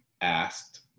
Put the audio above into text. asked